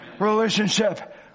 relationship